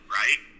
right